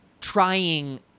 trying